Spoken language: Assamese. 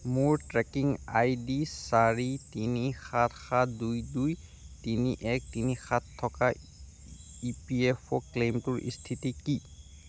মোৰ ট্ৰেকিং আইডি চাৰি তিনি সাত সাত দুই দুই তিনি এক তিনি সাত থকা ই পি এফ অ' ক্লেইমটোৰ স্থিতি কি